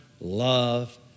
love